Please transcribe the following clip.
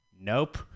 nope